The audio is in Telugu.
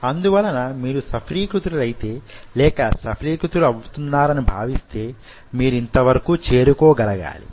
అందువలన మీరు సఫలీకృతులైతే లేక సఫలీకృతులవుతున్నారని భావిస్తే మీరింత వరకు చేరుకోగలగాలి